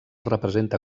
representa